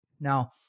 Now